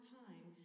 time